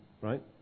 right